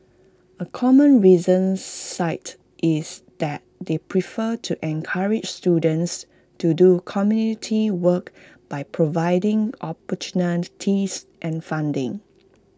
A common reason cited is that they prefer to encourage students to do community work by providing opportunities and funding